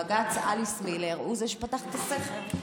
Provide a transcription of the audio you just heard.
ובג"ץ אליס מילר הוא שפתח את הסכר.